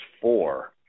four